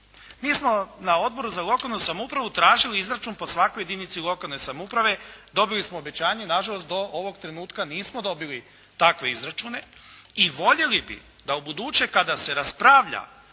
Mi smo na Odboru za lokalnu samoupravu tražili izračun po svakoj jedinci lokalne samouprave, dobili smo obećanje, na žalost do ovog trenutka nismo dobili takve izračune i voljeli bi da ubuduće kada se raspravlja